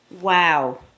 Wow